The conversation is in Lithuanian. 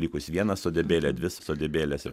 likus viena sodybėlė dvi sodybėlės ir